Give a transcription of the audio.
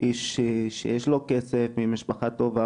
סוגיית אי קבלת הלהט"ב היא סוגיה מאוד מאוד כואבת,